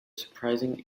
surprising